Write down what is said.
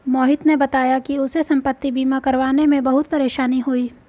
मोहित ने बताया कि उसे संपति बीमा करवाने में बहुत परेशानी हुई